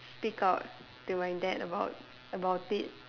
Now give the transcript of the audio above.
speak out to my dad about about it